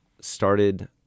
started –